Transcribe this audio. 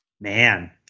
man